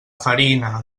farina